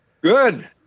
Good